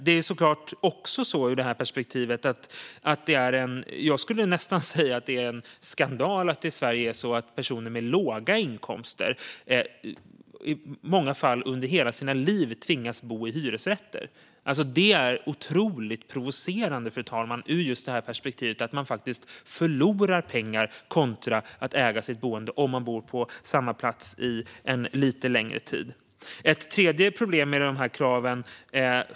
I det perspektivet är det såklart näst intill en skandal att det i Sverige är så att personer med låga inkomster i många fall tvingas bo i hyresrätt under hela sitt liv. Det är otroligt provocerande, fru talman, just ur perspektivet att man faktiskt förlorar pengar på det kontra att äga sitt boende om man bor på samma plats en lite längre tid. Det finns fler problem med de här kraven.